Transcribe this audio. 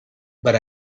but